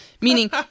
meaning